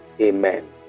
Amen